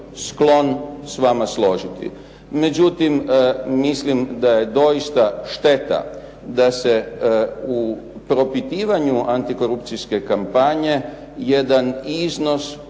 sklon s vama složiti. Međutim, mislim da je doista šteta da se u propitivanju antikorupcijske kampanje jedan iznos